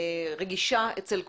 רגישה אצל כולנו.